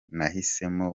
nahisemo